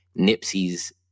Nipsey's